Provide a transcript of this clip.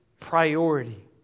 priority